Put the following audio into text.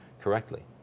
correctly